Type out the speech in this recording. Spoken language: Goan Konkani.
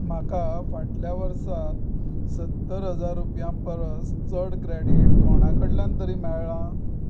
म्हाका फाटल्या वर्सा सत्तर हजार रुपया परस चड क्रॅडीट कोणा कडल्यान तरी मेळ्ळां